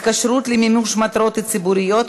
(התקשרות למימוש מטרות ציבוריות),